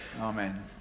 Amen